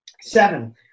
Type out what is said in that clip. Seven